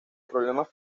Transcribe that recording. problemas